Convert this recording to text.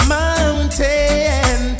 mountain